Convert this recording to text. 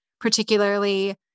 particularly